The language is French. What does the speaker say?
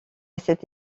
cet